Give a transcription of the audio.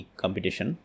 competition